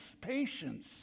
patience